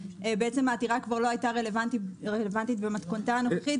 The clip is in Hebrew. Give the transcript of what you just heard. בעצם העתירה כבר לא הייתה רלוונטית במתכונתה הנוכחית.